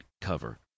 cover